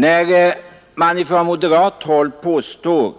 När man från moderat håll påstår